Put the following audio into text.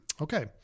okay